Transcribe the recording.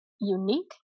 unique